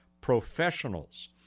Professionals